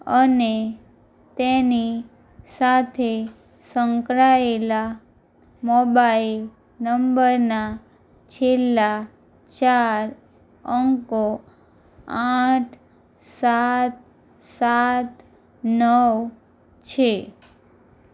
અને તેની સાથે સંકળાયેલા મોબાઇલ નંબરના છેલ્લા ચાર અંકો આઠ સાત સાત નવ છે